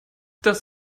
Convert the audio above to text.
das